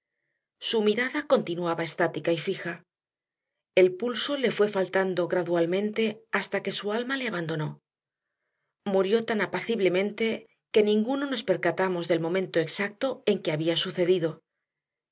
su mirada continuaba estática y fija el pulso le fue faltando gradualmente hasta que su alma le abandonó murió tan apaciblemente que ninguno nos percatamos del momento exacto en que había sucedido